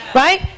right